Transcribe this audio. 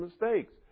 mistakes